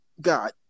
God